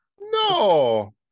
No